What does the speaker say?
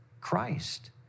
Christ